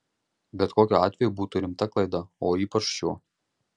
bet kokiu atveju būtų rimta klaida o ypač šiuo